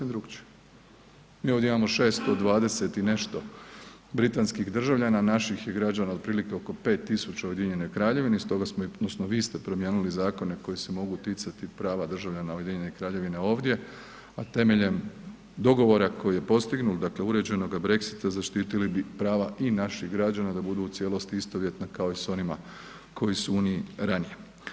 Mi ovdje imamo 620 i nešto britanskih državljan, naših je građana otprilike oko pet tisuća u Ujedinjenoj Kraljevini, stoga smo odnosno vi ste promijenili zakone koji se mogu ticati prava državljana Ujedinjene Kraljevine ovdje, a temeljem dogovora koji je postignut, dakle uređenog Brexita zaštitili bi prava i naših građana da budu u cijelosti istovjetna kao i s onima koji su u Uniji ranije.